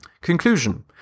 Conclusion